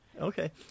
Okay